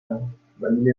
ام، ولی